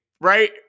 right